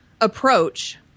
approach